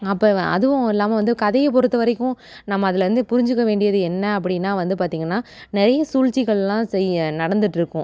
அப்போ அதுவும் இல்லாமல் வந்து கதையை பொறுத்த வரைக்கும் நம்ம அதில் வந்து புரிஞ்சுக்க வேண்டியது என்ன அப்படின்னா வந்து பார் தீங்கன்னா நிறைய சூழ்ச்சிகள்லாம் செய் நடந்துட்ருக்கும்